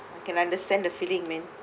I can understand the feeling man